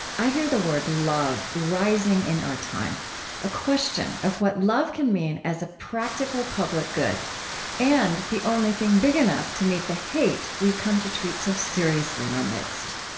i hear the word love rising in our time a question of what love can mean as a practical public good and the only thing big enough to meet the hate we've come to treat so seriously in our midst.